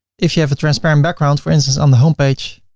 if you have a transparent background, for instance, on the homepage.